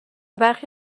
برخی